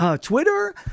Twitter